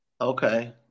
Okay